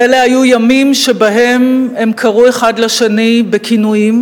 ואלה היו ימים שבהם הם קראו אחד לשני בכינויים,